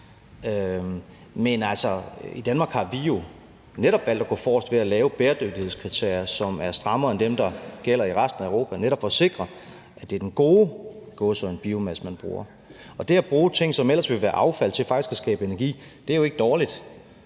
i Danmark har vi jo netop valgt at gå forrest ved at lave bæredygtighedskriterier, som er strammere end dem, der gælder i resten af Europa, netop for at sikre, at det er den – i gåseøjne – gode biomasse, man bruger. Det at bruge ting, som ellers ville være affald, til faktisk at skabe energi er jo ikke dårligt.